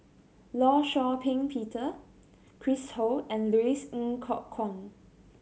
Law Shau Ping Peter Chris Ho and Louis Ng Kok Kwang